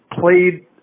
played